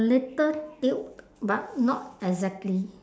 little tilt but not exactly